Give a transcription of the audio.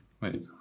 Wait